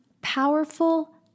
powerful